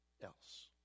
else